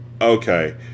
Okay